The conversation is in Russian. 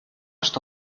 что